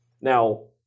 Now